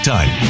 Time